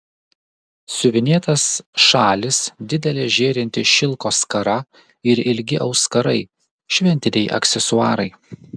siuvinėtas šalis didelė žėrinti šilko skara ir ilgi auskarai šventiniai aksesuarai